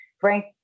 Frank